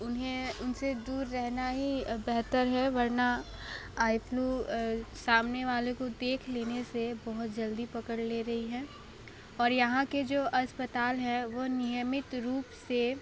उन्हें उनसे दूर रहना ही बेहतर है वरना आई फ्लू सामने वाले को देख लेने से बहुत जल्दी पकड़ ले रही है और यहाँ के जो अस्पताल है वह नियमित रूप से